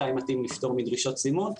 מתי מתאים לפטור מדרישות סימון,